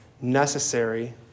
necessary